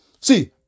See